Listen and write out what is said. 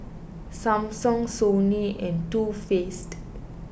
Samsung Sony and Too Faced